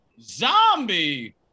zombie